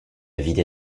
vider